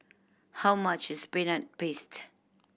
how much is Peanut Paste